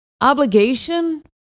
obligation